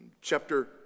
chapter